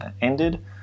ended